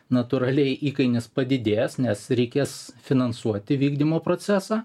natūraliai įkainis padidės nes reikės finansuoti vykdymo procesą